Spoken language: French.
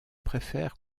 préfère